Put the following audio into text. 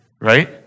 right